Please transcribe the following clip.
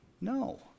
No